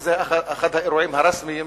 וזה אחד האירועים הרשמיים